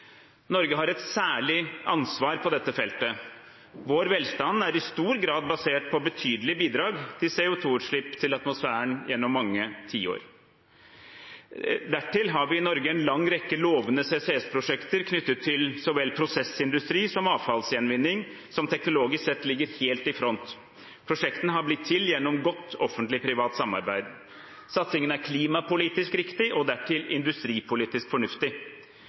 Norge har et særlig ansvar på dette feltet. Vår velstand er i stor grad basert på betydelige bidrag til CO 2 -utslipp til atmosfæren gjennom mange tiår. Dertil har vi i Norge en lang rekke lovende CCS-prosjekter knyttet til så vel prosessindustri som avfallsgjenvinning, som teknologisk sett ligger helt i front. Prosjektene har blitt til gjennom godt offentlig–privat samarbeid. Satsingen er klimapolitisk riktig og dertil industripolitisk fornuftig.